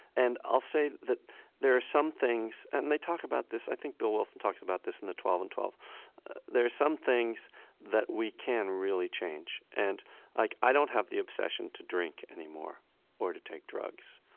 and i'll say that there are some things and they talk about this, i think bill wilson talks about this in the twelve, and twelve there are some things that we can really change. and like i don't have the obsession to drink any more or to take drugs.